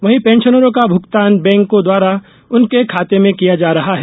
वही पेंशनरों का भूगतान बैंकों द्वारा उनके खाते में किया जा रहा है